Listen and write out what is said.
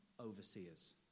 overseers